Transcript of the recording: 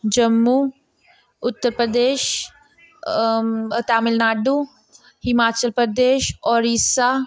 Jammu Uttar Pradesh Tamil Nadu Himachal Pradesh Odisha